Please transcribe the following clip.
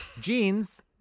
jeans